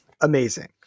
amazing